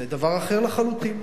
זה דבר אחר לחלוטין.